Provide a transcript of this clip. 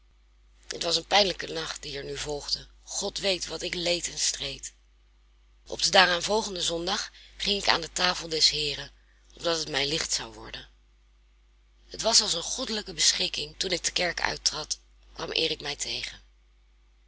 het was een pijnlijke nacht die er nu volgde god weet wat ik leed en streed op den daaraanvolgenden zondag ging ik aan de tafel des heeren opdat het mij licht zou worden het was als een goddelijke beschikking toen ik de kerk uittrad kwam erich mij tegen